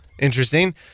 interesting